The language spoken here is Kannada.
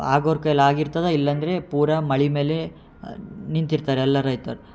ಆಗೋರ ಕೈಲಿ ಆಗಿರ್ತದೆ ಇಲ್ಲ ಅಂದರೆ ಪೂರಾ ಮಳೆ ಮೇಲೆ ನಿಂತಿರ್ತಾರೆ ಎಲ್ಲ ರೈತರು